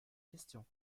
question